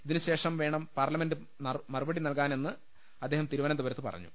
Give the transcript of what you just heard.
ഇതിനുശേഷം വേണം പാർലമെന്റ് മറുപടി നൽകാനെന്ന് അദ്ദേഹം തിരുവനന്തപുരത്ത് പറഞ്ഞു